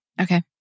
Okay